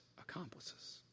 accomplices